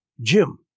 Jim